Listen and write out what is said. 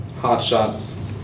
hotshots